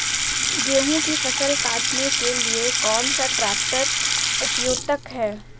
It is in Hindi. गेहूँ की फसल काटने के लिए कौन सा ट्रैक्टर उपयुक्त है?